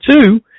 two